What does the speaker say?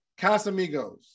Casamigos